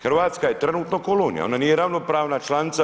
Hrvatska je trenutno kolonija, ona nije ravnopravna članica EU.